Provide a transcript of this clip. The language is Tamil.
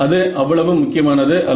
அது அவ்வளவு முக்கியமானது அல்ல